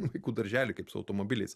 vaikų daržely kaip su automobiliais